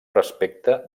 respecte